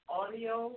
audio